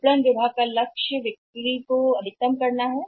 विपणन विभाग का लक्ष्य है कि वे बिक्री को अधिकतम करेंगे